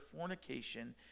fornication